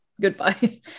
goodbye